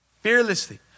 fearlessly